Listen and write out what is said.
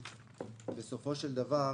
בסופו של דבר